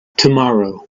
tomorrow